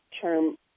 term